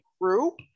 group